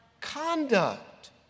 conduct